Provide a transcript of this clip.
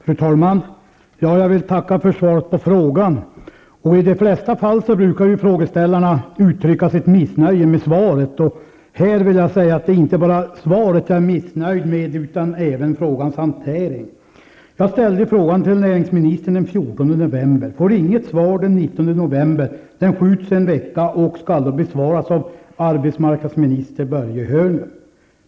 Fru talman! Jag vill tacka för svaret på frågan. I de flesta fall brukar frågeställarna uttrycka sitt missnöje med svaret. Jag är inte bara missnöjd med svaret utan även med frågans hantering. Jag ställde frågan till näringsministern den 14 november. Jag fick inget svar den 19 november. Frågan sköts fram en vecka, och skulle då besvaras av arbetsmarknadsminister Börje Hörnlund.